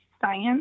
science